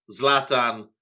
Zlatan